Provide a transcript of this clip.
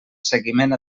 seguiment